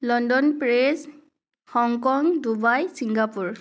London Paris Hong Kong Dubai Singapore